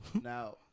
Now